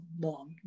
long